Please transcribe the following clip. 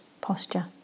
posture